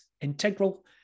Integral